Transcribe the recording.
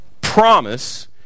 promise